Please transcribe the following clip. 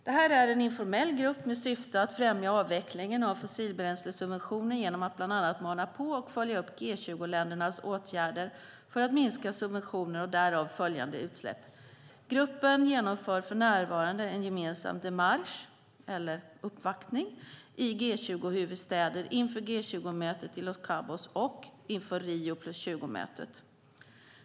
Det är en informell grupp med syfte att främja avvecklingen av fossilbränslesubventioner genom att bland annat mana på och följa upp G20-ländernas åtgärder för att minska subventioner och därav följande utsläpp. Gruppen genomför för närvarande en gemensam démarche, alltså en uppvaktning, i G20-huvudstäder inför G20-mötet i Los Cabos och inför Rio + 20-mötet.